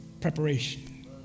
preparation